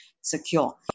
secure